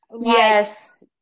yes